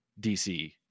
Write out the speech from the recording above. DC